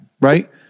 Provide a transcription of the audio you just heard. right